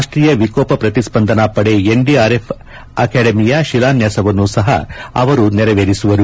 ರಾಷ್ಟೀಯ ವಿಕೋಪ ಪ್ರತಿಸ್ಪಂದನಾ ಪಡೆ ಎನ್ಡಿಆರ್ಎಫ್ ಅಕಾಡೆಮಿಯ ಶಿಲಾನ್ಯಾಸವನ್ನು ಸಹ ಅವರು ನೆರವೇರಿಸುವರು